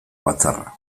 batzarra